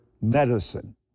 medicine